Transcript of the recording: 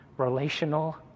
relational